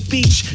Beach